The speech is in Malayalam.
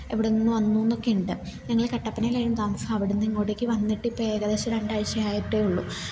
എവിടെ നിന്ന് വന്നൂ എന്നൊക്കെ ഉണ്ട് ഞങ്ങള് കട്ടപ്പനയിലായിരുന്നു താമസം അവിടുന്ന് ഇങ്ങോട്ടേക്ക് വന്നിട്ടിപ്പോൾ ഏകദേശം രണ്ടാഴ്ചയെ ആയിട്ടുള്ളൂ